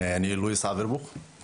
אני לואיס אברבוך,